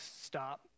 stop